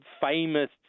famous